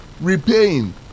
repaying